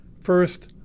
First